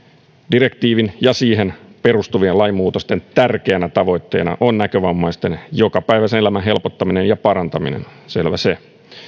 direktiivin ja siihen perustuvien lainmuutosten tärkeänä tavoitteena on näkövammaisten jokapäiväisen elämän helpottaminen ja parantaminen selvä se